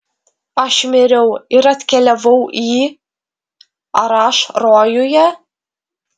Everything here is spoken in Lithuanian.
aš miriau ir atkeliavau į ar aš rojuje